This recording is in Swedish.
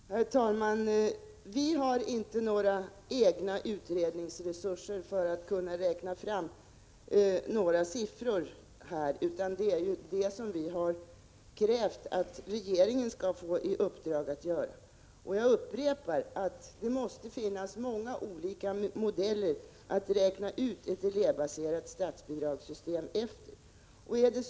Herr talman! Moderata samlingspartiet har inga egna utredningsresurser för att kunna räkna fram sådana här siffror, utan det är det vi har krävt att regeringen skall få i uppdrag att göra. Jag upprepar att det måste finnas många olika modeller att räkna ut ett elevbaserat statsbidragssystem efter.